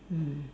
mm